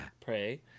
pray